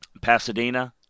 Pasadena